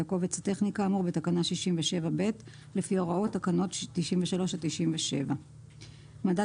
הקובץ הטכני כאמור בתקנה 67(ב) לפי הוראות תקנות 93 עד 97. 69.מדד